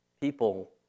People